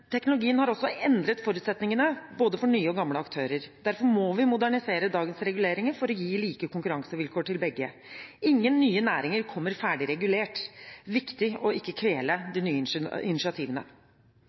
teknologien har også endret forutsetningene for både nye og gamle aktører. Derfor må vi modernisere dagens reguleringer – for å gi begge like konkurransevilkår. Ingen nye næringer kommer ferdig regulert. Det er viktig ikke å kvele